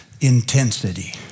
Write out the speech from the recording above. intensity